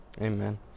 Amen